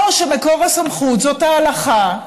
או שמקור הסמכות זאת ההלכה,